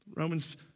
Romans